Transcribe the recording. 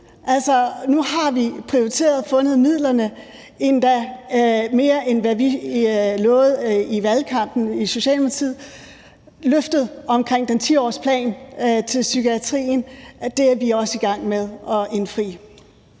Nu har vi prioriteret og fundet midlerne, endda mere, end vi lovede i valgkampen fra Socialdemokratiets side. Løftet om den 10-årsplan til psykiatrien er vi også i gang med at indfri.